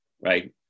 right